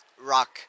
rock